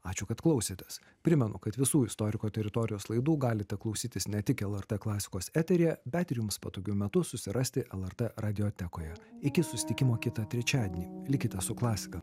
ačiū kad klausėtės primenu kad visų istoriko teritorijos laidų galite klausytis ne tik lrt klasikos eteryje bet ir jums patogiu metu susirasti lrt radiotekoje iki susitikimo kitą trečiadienį likite su klasika